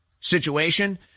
situation